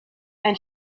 and